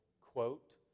quote